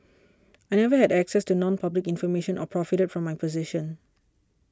I never had access to nonpublic information or profited from my position